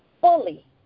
fully